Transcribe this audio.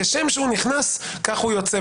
כשם שנכנס כך יוצא,